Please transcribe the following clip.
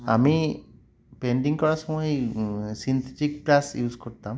আমি পেন্টিং করার সময় সিন্থেটিক ক্লাস ইউজ করতাম